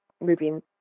moving